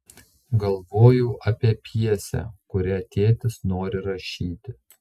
galvojau apie pjesę kurią tėtis nori rašyti